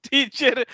Teacher